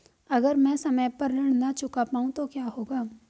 अगर म ैं समय पर ऋण न चुका पाउँ तो क्या होगा?